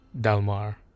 Dalmar